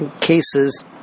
cases